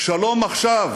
"שלום עכשיו